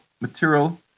material